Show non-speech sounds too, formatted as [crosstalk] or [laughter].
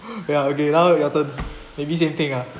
[laughs] ya okay now your turn maybe same thing ah